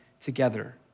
together